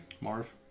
Marv